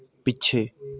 ਪਿੱਛੇ